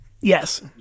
yes